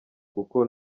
kuko